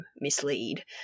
mislead